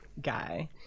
guy